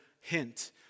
hint